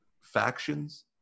factions